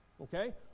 okay